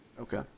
Okay